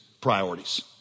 priorities